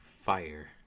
Fire